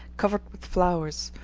covered with flowers,